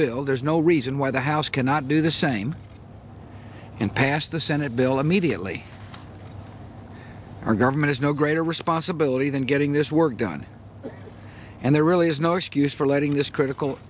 bill there's no reason why the house cannot do the same and pass the senate bill immediately our government is no greater responsibility than getting this work done and there really is no excuse for letting this critical